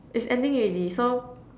it's ending already so